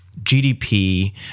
GDP